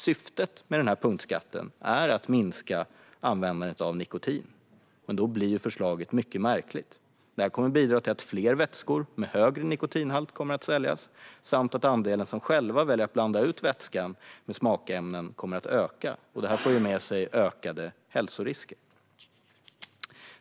Syftet med punktskatten är ju att minska användandet av nikotin, och då blir regeringens förslag mycket märkligt. Det kommer att bidra till att fler vätskor med högre nikotinhalt kommer att säljas samt att andelen som själva väljer att blanda ut vätskan med smakämnen kommer att öka, vilket för med sig ökade hälsorisker.